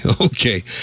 Okay